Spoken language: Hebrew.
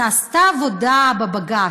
נעשתה עבודה בבג"ץ,